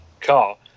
car